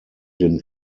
den